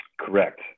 Correct